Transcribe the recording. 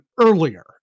earlier